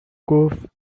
گفت